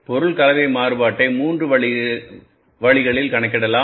பொருள் கலவை மாறுபாட்டை3 வெவ்வேறு வழிகளில்கணக்கிடலாம்